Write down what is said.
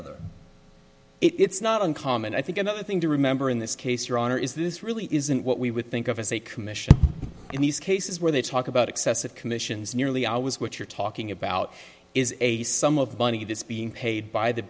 other it's not uncommon i think another thing to remember in this case your honor is this really isn't what we would think of as a commission in these cases where they talk about excessive commission is nearly always what you're talking about is a sum of money that's being paid by the